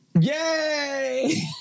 Yay